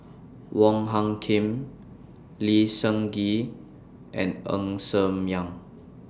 Wong Hung Khim Lee Seng Gee and Ng Ser Miang